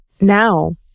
Now